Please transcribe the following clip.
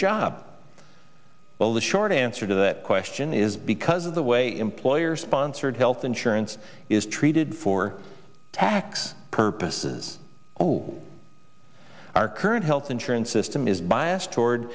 job well the short answer to that question is because of the way employer sponsored health insurance is treated for tax purposes our current health insurance system is biased toward